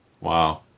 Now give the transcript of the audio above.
Wow